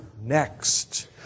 next